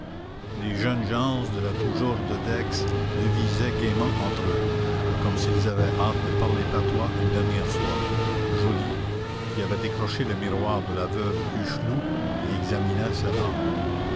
les jeunes gens de la cougourde d'aix devisaient gaîment entre eux comme s'ils avaient hâte de parler patois une dernière fois joly qui avait décroché le miroir de la veuve hucheloup y examinait sa langue